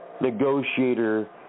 negotiator